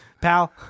pal